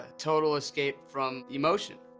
total escape from emotion.